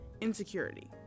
insecurity